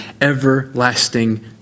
everlasting